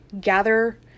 Gather